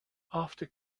after